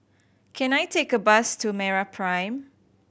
can I take a bus to MeraPrime